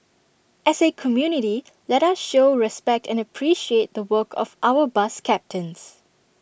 as A community let us show respect and appreciate the work of our bus captains